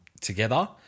together